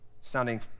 sounding